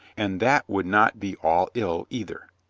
and that would not be all ill, either.